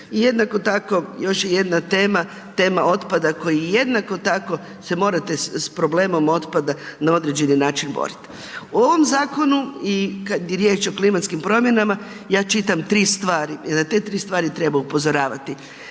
I jednako tako još jedna tema, tema otpada koji jednako tako se morate s problemom otpada na određeni način borit. U ovom zakonu i kad je riječ o klimatskim promjenama, ja čitam 3 stvari, te 3 stvari treba upozoravati.